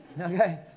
Okay